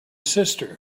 sister